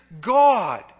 God